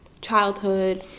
childhood